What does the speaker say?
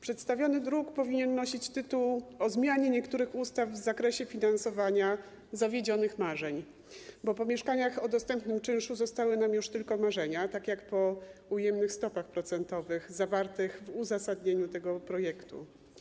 Przedstawiony druk powinien nosić tytuł: o zmianie niektórych ustaw w zakresie finansowania zawiedzionych marzeń, bo po mieszkaniach o dostępnym czynszu zostały nam już tylko marzenia, tak jak po ujemnych stopach procentowych, o których mowa w uzasadnieniu tego projektu.